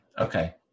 Okay